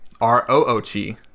R-O-O-T